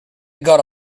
gotta